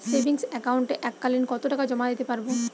Savings একাউন্টে এক কালিন কতটাকা জমা দিতে পারব?